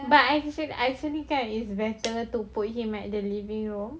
but act~ actually kan it's better to put him at the living room